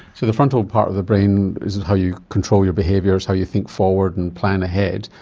so the frontal part of the brain is how you control your behaviours, how you think forward and plan ahead.